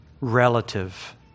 relative